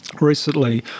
recently